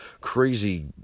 crazy